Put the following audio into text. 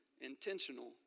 intentional